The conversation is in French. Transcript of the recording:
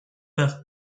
par